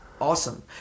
awesome